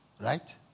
right